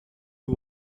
you